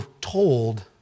told